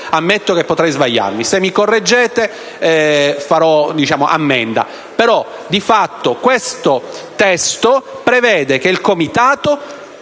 ammetto che potrei sbagliarmi. Se mi correggerete, farò ammenda.